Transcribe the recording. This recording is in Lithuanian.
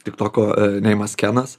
tik to ko neimas kenas